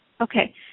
Okay